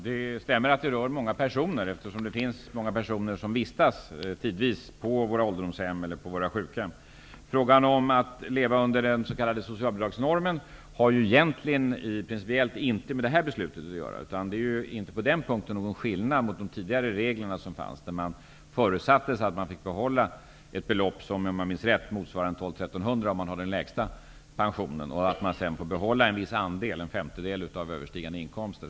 Herr talman! Det stämmer att det är många personer som berörs, eftersom det är många personer som vistas på ålderdomshem och sjukhem. Frågan om att många pensionärer lever under socialbidragsnormen har principiellt inte med det här beslutet att göra. På den punkten är det inte någon skillnad mot de tidigare reglerna, i vilka det förutsattes att man, om man hade den lägsta pensionen, fick behålla ett belopp som motsvarade 1 200--1 300, om jag minns rätt. Sedan fick man behålla en viss andel, en femtedel av överstigande inkomster.